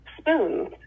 spoons